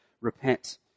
repent